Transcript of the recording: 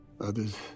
others